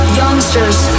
youngsters